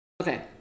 Okay